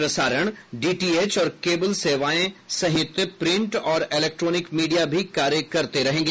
प्रसारण डीटीएच और केबल सेवाओं सहित प्रिंट और इलैंक्ट्रोनिक मीडिया भी कार्य करता रहेगा